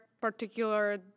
particular